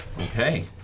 Okay